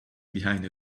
behind